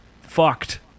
fucked